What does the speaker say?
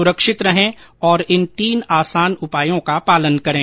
सुरक्षित रहें और इन तीन आसान उपायों का पालन करें